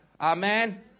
Amen